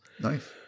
nice